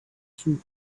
fruit